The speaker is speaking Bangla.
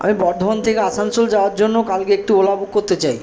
আমি বর্ধমান থেকে আসানসোল যাওয়ার জন্য কালকে একটি ওলা বুক করতে চাই